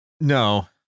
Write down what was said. No